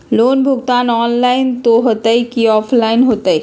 Loan भुगतान online होतई कि ऑफलाइन होतई?